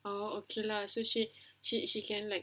oh okay lah so she she she can like